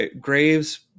Graves